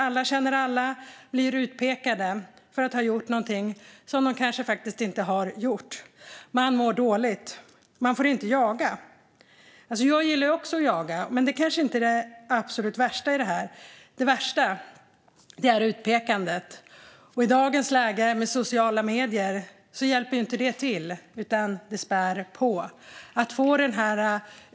Alla känner alla, och de blir utpekade för någonting som de kanske inte har gjort. De mår dåligt, och de får inte jaga. Jag gillar också att jaga. Att de inte får jaga är kanske inte det absolut värsta i detta. Det värsta är utpekandet. I dagens läge med sociala medier hjälper inte det till, utan det spär på.